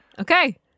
Okay